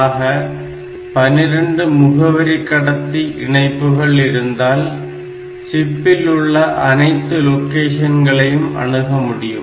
ஆக 12 முகவரி கடத்தி இணைப்புகள் இருந்தால் சிப்பில் உள்ள அனைத்து லொகேஷன்ளையும் அணுகமுடியும்